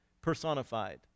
personified